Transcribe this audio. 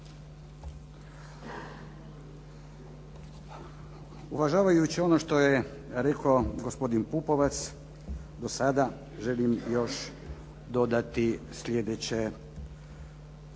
Uvažavajući ono što je rekao gospodin Pupovac do sada, želim još dodati sljedeće